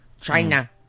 China